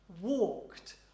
walked